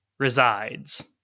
Resides